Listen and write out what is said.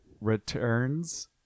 Returns